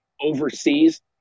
overseas